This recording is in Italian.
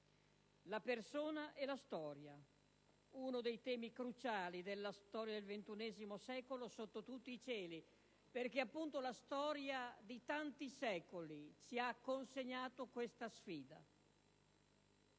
La persona e la storia: uno dei temi cruciali della storia del XXI secolo sotto tutti i cieli perché appunto la storia di tanti secoli ci ha consegnato questa sfida.